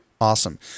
Awesome